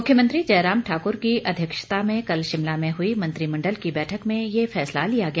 मुख्यमंत्री जयराम ठाकुर की अध्यक्षता में कल शिमला में हुई मंत्रिमंडल की बैठक में ये फैसला लिया गया